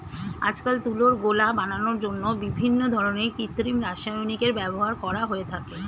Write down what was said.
আজকাল তুলোর গোলা বানানোর জন্য বিভিন্ন ধরনের কৃত্রিম রাসায়নিকের ব্যবহার করা হয়ে থাকে